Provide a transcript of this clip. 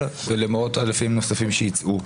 לרחובות ולמאות אלפים נוספים שיצאו.